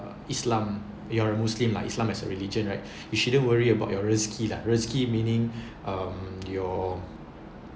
islam you're a muslim lah islam as a religion right you shouldn't worry about your rezeki lah rezeki meaning um your